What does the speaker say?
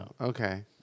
okay